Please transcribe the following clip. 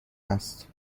است